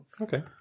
Okay